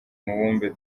mubumbe